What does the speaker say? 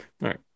right